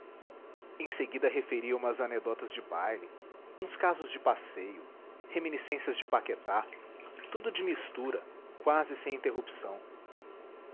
em seguida referia umas anedotas de baile uns casos de passeio reminiscências de paquetá tudo de mistura quase sem interrupção